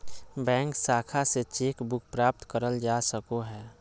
bank शाखा से cheque book प्राप्त करल जा सको हय